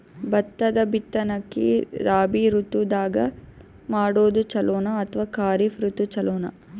ಭತ್ತದ ಬಿತ್ತನಕಿ ರಾಬಿ ಋತು ದಾಗ ಮಾಡೋದು ಚಲೋನ ಅಥವಾ ಖರೀಫ್ ಋತು ಚಲೋನ?